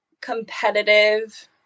competitive